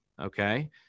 Okay